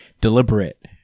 deliberate